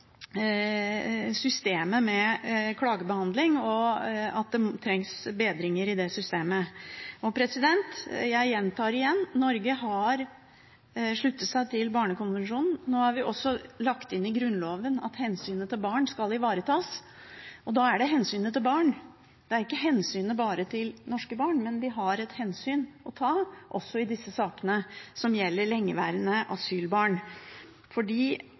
systemet for klagebehandling – og det trengs bedringer i det systemet. Jeg gjentar igjen: Norge har sluttet seg til Barnekonvensjonen. Nå har vi også lagt inn i Grunnloven at hensynet til barn skal ivaretas, og da er det hensynet til barn – det er ikke hensynet bare til norske barn, men vi har et hensyn å ta også i disse sakene som gjelder lengeværende asylbarn,